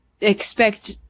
expect